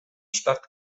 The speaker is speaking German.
stadt